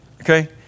Okay